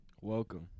Welcome